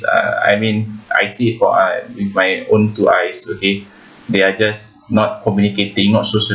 uh I mean I see it for I with my own two eyes okay they're just not communicating not social